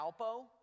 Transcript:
Alpo